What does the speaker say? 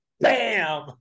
bam